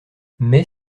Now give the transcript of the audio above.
mais